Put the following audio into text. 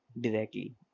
directly